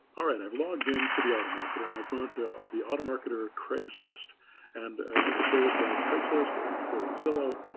all right, i've logged into the automarketer and i've gone to the automarketer craigslist and you could go with ah craigslist or you could go with zillow,